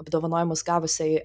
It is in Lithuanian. apdovanojimus gavusiai